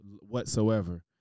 whatsoever